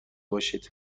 باشی